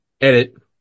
Edit